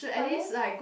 but then